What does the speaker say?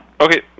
okay